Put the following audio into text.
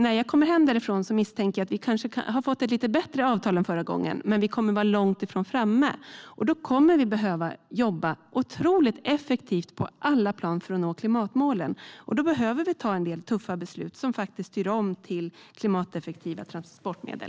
När jag kommer hem därifrån misstänker jag att vi kanske har fått ett lite bättre avtal än förra gången. Men vi kommer att vara långt ifrån framme. Vi kommer att behöva jobba otroligt effektivt på alla plan för att nå klimatmålen. Vi behöver fatta en del tuffa beslut som styr om till klimateffektiva transportmedel.